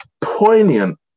poignant